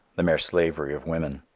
the mere slavery of women.